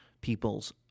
peoples